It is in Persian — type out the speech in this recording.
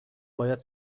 باید